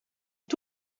een